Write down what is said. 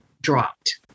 dropped